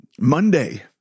Monday